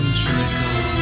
trickle